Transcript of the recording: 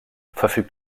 verfügt